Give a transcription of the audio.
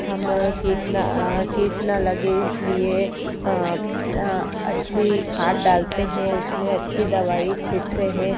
हम कीट ना कीट ना लगे इसलिए अच्छी खाद डालते हैं उसमें अच्छी दवाई छींटते हें